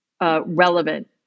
Relevant